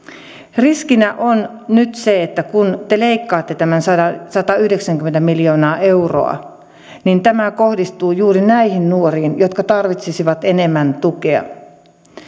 riskinä on nyt se että kun te leikkaatte nämä satayhdeksänkymmentä miljoonaa euroa niin tämä kohdistuu juuri näihin nuoriin jotka tarvitsisivat enemmän tukea